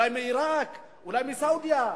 אולי מעירק, אולי מסעודיה.